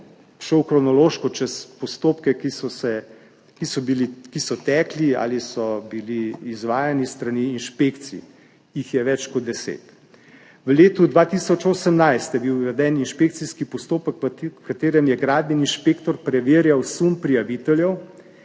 šel kronološko čez postopke, ki so tekli ali so bili izvajani s strani inšpekcij in jih je več kot 10. V letu 2018 je bil uveden inšpekcijski postopek, v katerem je gradbeni inšpektor preverjal sum prijaviteljev,